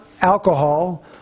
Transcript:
alcohol